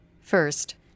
First